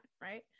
right